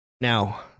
Now